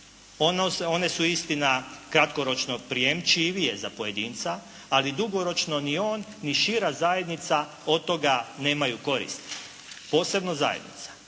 One su, istina kratkoročno prijemčivije za pojedinca, ali dugoročno ni on ni šira zajednica od toga nemaju koristi. Posebno zajednica.